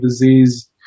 disease